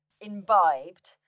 imbibed